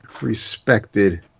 respected